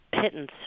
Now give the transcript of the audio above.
pittance